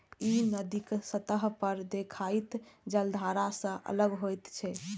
ई नदीक सतह पर देखाइत जलधारा सं अलग होइत छै